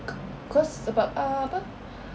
cause sebab uh apa